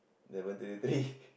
level thirty three